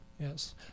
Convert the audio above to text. Yes